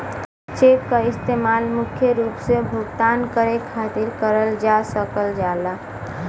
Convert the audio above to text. check क इस्तेमाल मुख्य रूप से भुगतान करे खातिर करल जा सकल जाला